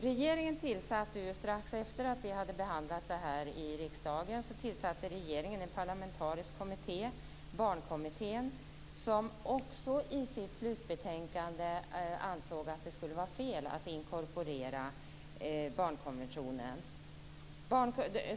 Regeringen tillsatte strax efter att vi hade behandlat ärendet här i riksdagen en parlamentarisk kommitté, Barnkommittén, som också i sitt slutbetänkande ansåg att det skulle vara fel att inkorporera barnkonventionen.